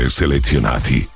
selezionati